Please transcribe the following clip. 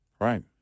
Right